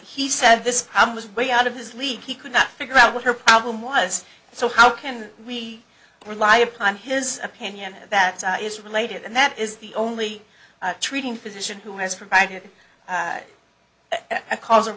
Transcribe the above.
he said this problem was way out of his league he could not figure out what her problem was so how can we rely upon his opinion that is related and that is the only treating physician who has provided a caus